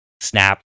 snap